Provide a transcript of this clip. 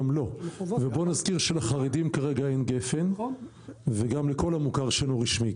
ובוא נזכיר שלחרדים כרגע אין גפ"ן וגם לכל המוכר שאינו רשמי,